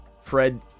Fred